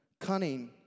cunning